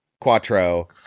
Quattro